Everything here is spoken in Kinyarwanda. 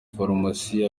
farumasi